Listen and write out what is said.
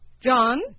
John